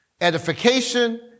edification